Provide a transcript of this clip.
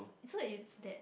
so it's that